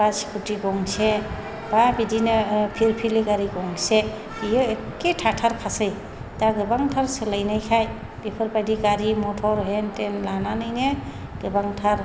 बा स्कुटि गंसे बा बिदिनो फिलफिलि गारि गंसे बेयो एकखे थाथारखासै दा गोबांथार सोलायनायखाय बेफोरबायदि गारि मटर हेन टेन लानानैनो गोबांथार